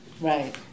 right